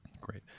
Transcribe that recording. Great